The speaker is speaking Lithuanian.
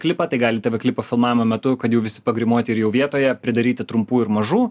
klipą tai tave klipą filmavimo metu kad jau visi pagrimuoti ir jau vietoje pridaryti trumpų ir mažų